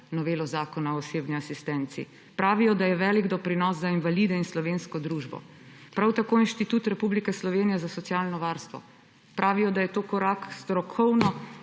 novelo Zakona o osebni asistenci. Pravijo, da je velik doprinos za invalide in slovensko družbo. Prav tako Inštitut Republike Slovenije za socialno varstvo. Pravijo, da je to korak k strokovno